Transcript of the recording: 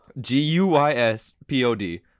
g-u-y-s-p-o-d